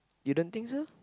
you don't think so